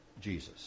Jesus